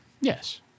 Yes